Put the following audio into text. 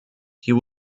hier